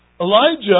Elijah